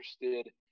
interested